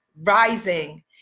rising